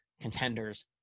contenders